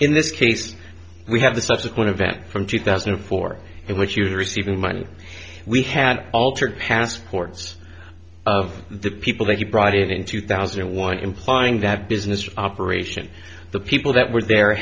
in this case we have the subsequent event from two thousand and four in which you're receiving money we had altered passports of the people that you brought in in two thousand and one implying that business operation the people that were there